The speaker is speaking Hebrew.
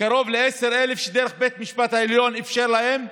קרוב ל-10,000 דרך בית המשפט העליון, שאפשר להם,